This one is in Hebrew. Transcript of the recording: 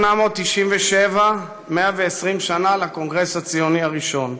1897, 120 שנה לקונגרס הציוני הראשון,